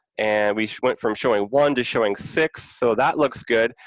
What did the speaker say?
and we went from showing one to showing six, so that looks good.